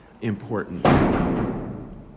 important